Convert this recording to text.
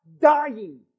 dying